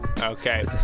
Okay